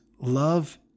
love